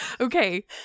okay